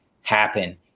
happen